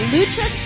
Lucha